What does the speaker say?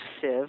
sieve